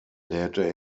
lehrte